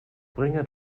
bringe